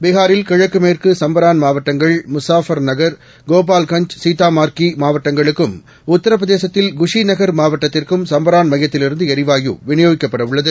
பீகாரில்கிழக்குமேற்குசம்பரான்மாவட்டங்கள் கோபால்கஞ்ச் முசார்பர்நகர் சீதாமார்கிமாவட்டங்களுக்கும் உத்தரப்பிரதேசத்தில்குஷிநகர்மாவட்டத்திற்கும்சம்பரான் மையத்தில்இருந்துஎரிவாயுவிநியோகிக்கப்படஉள்ளது